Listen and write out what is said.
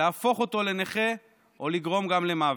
להפוך אותו לנכה או לגרום גם למוות.